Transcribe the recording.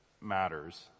matters